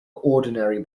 ordinary